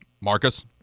Marcus